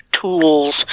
tools